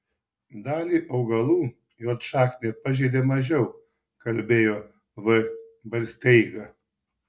dalį augalų juodšaknė pažeidė mažiau kalbėjo v barsteiga